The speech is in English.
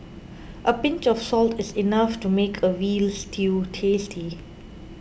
a pinch of salt is enough to make a Veal Stew tasty